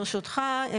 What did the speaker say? ברשותך,